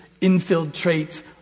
infiltrate